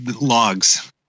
Logs